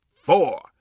four